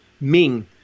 Ming